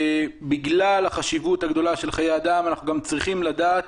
בגלל החשיבות הגדולה של חיי אדם אנחנו גם צריכים לדעת